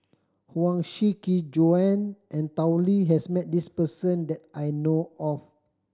Huang Shiqi Joan and Tao Li has met this person that I know of